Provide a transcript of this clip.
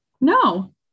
No